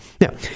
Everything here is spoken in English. now